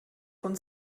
von